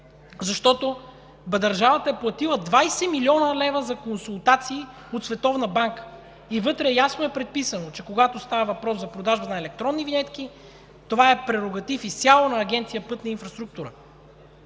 защото държавата е платила 20 млн. лв. за консултации от Световната банка. Вътре ясно е предписано, когато става въпрос за продажба на електронни винетки, че това изцяло е прерогатив на Агенция „Пътна инфраструктура“,